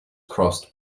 crossed